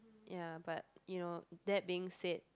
ya but you know that being said